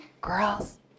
Girls